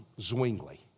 Zwingli